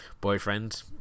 boyfriend